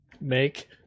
Make